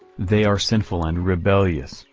they are sinful and rebellious,